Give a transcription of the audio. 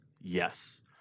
yes